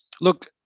look